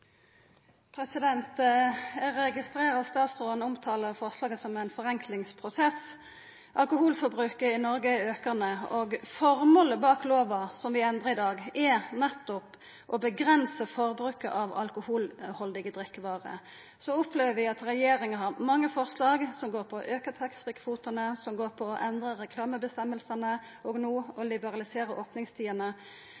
aukande, og formålet bak lova som vi endrar i dag, er nettopp å avgrensa forbruket av alkoholhaldige drikkevarer. Så opplever vi at regjeringa har mange forslag, som går på å auka taxfree-kvotene, som går på å endra reglane for reklame, og no å